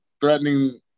threatening